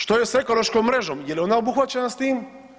Što je s ekološkom mrežom, je li i ona obuhvaćena s tim?